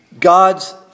God's